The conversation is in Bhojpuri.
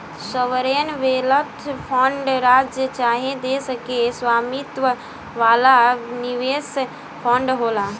सॉवरेन वेल्थ फंड राज्य चाहे देश के स्वामित्व वाला निवेश फंड होला